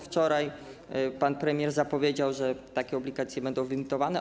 Wczoraj pan premier zapowiedział, że takie obligacje będą wyemitowane.